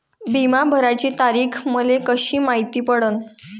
बिमा भराची तारीख मले कशी मायती पडन?